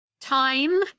time